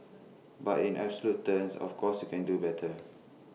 but in absolute terms of course can do better